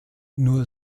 nur